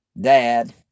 dad